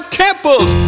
temples